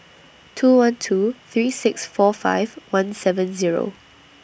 two one two three six four five one seven Zero